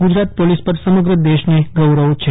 Gujarat police પર સમગ્ર દેશને ગૌરવ છે